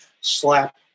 slap